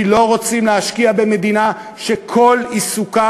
כי לא רוצים להשקיע במדינה שכל עיסוקה